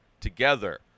together